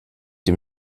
dem